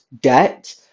debt